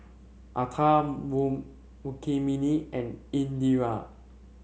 Atal moon Rukmini and Indira